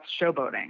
showboating